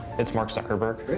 it's mark zuckerberg. great.